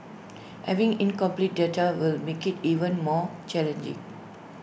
having incomplete data will make IT even more challenging